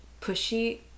pushy